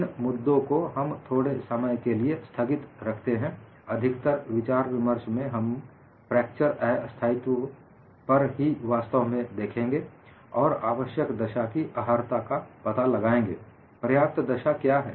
इन मुद्दों को हम थोड़े समय के लिए स्थगित रखते हैं अधिकतर विचार विमर्श में हम फ्रैक्चर अस्थायीत्व पर ही वास्तव में देखेंगे और आवश्यक दशा की अहर्ता का पता लगाएंगे पर्याप्त दशा क्या है